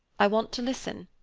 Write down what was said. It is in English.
i want to listen.